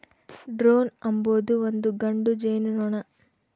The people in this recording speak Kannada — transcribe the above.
ಡ್ರೋನ್ ಅಂಬೊದು ಒಂದು ಗಂಡು ಜೇನುನೊಣ